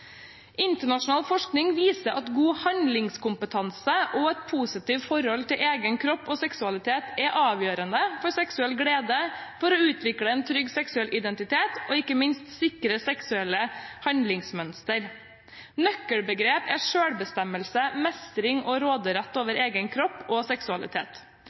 Internasjonal forskning viser at god handlingskompetanse og et positivt forhold til egen kropp og seksualitet er avgjørende for seksuell glede og for å utvikle en trygg seksuell identitet og ikke minst sikre seksuelle handlingsmønstre. Nøkkelbegreper er selvbestemmelse, mestring og råderett over egen kropp og seksualitet.